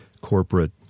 corporate